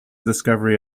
discovery